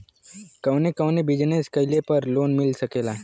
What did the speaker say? कवने कवने बिजनेस कइले पर लोन मिल सकेला?